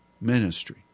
ministry